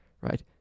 right